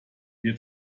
wir